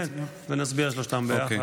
כן, ונסביר את שלושתן ביחד.